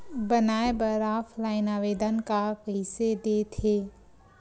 बनाये बर ऑफलाइन आवेदन का कइसे दे थे?